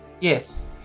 yes